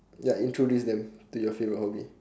ya introduce them to your favourite hobby